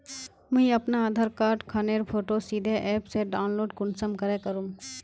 मुई अपना आधार कार्ड खानेर फोटो सीधे ऐप से डाउनलोड कुंसम करे करूम?